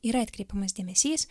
yra atkreipiamas dėmesys